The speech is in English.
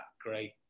great